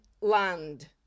land